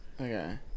okay